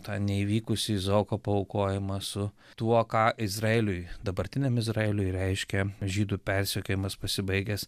tą neįvykusį izaoko paaukojimą su tuo ką izraeliui dabartiniam izraeliui reiškia žydų persekiojimas pasibaigęs